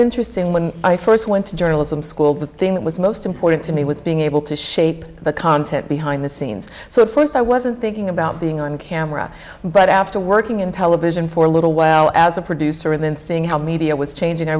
interesting when i first went to journalism school but thing that was most important to me was being able to shape the content behind the scenes so at first i wasn't thinking about being on camera but after working in television for a little while as a producer and then seeing how media was changing i